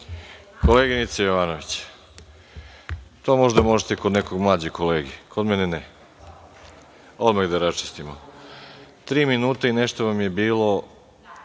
Koleginice Jovanović, to možda možete kod nekog mlađeg kolege, kod mene ne. Odmah i da raščistimo, tri minuta i nešto vam je bilo